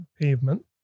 pavement